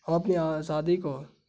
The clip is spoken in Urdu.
ہم اپنی آزادی کو